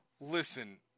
listen